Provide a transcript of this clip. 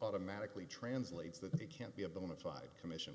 automatically translates that they can't be a bona fide commission